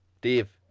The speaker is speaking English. Dave